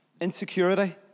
insecurity